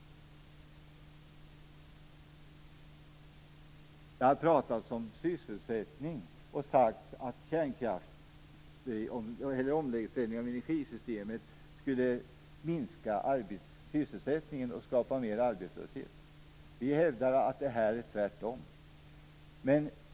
Det har pratats om sysselsättningen, och det har sagts att omställningen av energisystemet skulle leda till minskad sysselsättning och större arbetslöshet. Vi hävdar att det är tvärtom.